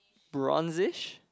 bronzish